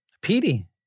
Petey